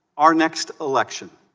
are next election